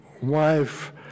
wife